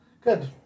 Good